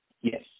Yes